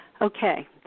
Okay